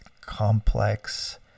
complex